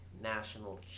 national